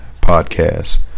Podcast